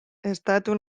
estatu